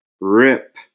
RIP